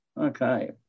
Okay